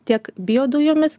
tiek bijodujomis